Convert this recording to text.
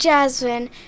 Jasmine